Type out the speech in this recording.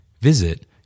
Visit